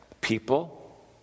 people